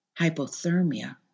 Hypothermia